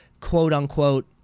quote-unquote